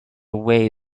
way